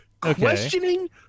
questioning